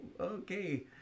Okay